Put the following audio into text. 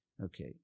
Okay